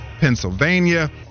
Pennsylvania